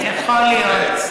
יכול להיות.